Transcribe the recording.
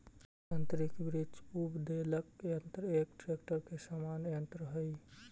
यान्त्रिक वृक्ष उद्वेलक यन्त्र एक ट्रेक्टर के समान यन्त्र हई